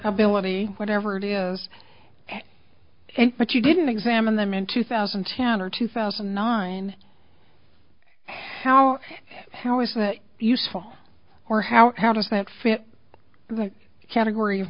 ability whatever it is and but you didn't examine them in two thousand and ten or two thousand and nine how how is that useful or how how does that fit the category of